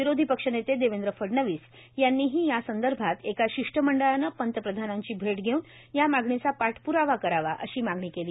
विरोधी पक्षनेते देवेंद्र फडणवीस यांनीही यासंदर्भात एका शिष्टमंडळानं पंतप्रधानांची भेट घेऊन या मागणीचा पाठप्रावा करावा अशी मागणी केली